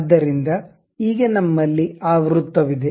ಆದ್ದರಿಂದ ಈಗ ನಮ್ಮಲ್ಲಿ ಆ ವೃತ್ತವಿದೆ